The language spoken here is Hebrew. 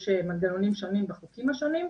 יש מנגנונים שונים בחוקים השונים,